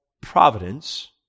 providence